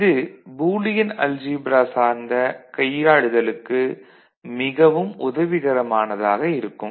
இது Boolean algebra சார்ந்த கையாளுதலுக்கு மிகவும் உதவிகரமானதாக இருக்கும்